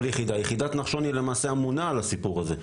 יחידת נחשון למעשה אמונה על הסיפור הזה.